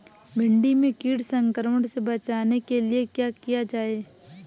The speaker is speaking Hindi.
भिंडी में कीट संक्रमण से बचाने के लिए क्या किया जाए?